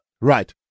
Right